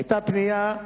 היתה פנייה,